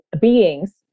beings